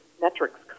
metrics